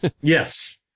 Yes